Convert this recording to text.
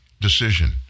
decision